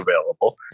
available